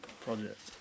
project